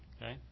Okay